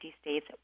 states